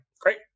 great